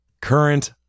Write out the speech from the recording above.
Current